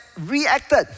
reacted